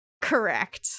Correct